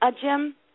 Jim